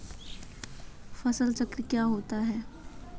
फसल चक्र क्या होता है?